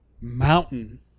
mountain